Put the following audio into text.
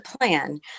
plan